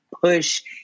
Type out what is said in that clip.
push